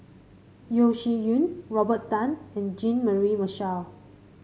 Yeo Shih Yun Robert Tan and Jean Mary Marshall